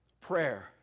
Prayer